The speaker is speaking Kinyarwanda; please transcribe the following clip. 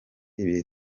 ibihe